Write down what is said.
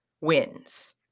wins